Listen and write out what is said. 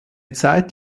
zeit